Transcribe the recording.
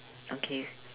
okay